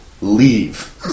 leave